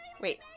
Wait